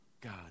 God